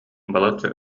балачча